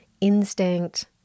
instinct